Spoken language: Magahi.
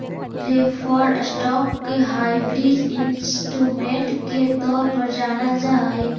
प्रेफर्ड स्टॉक के हाइब्रिड इंस्ट्रूमेंट के तौर पर जानल जा हइ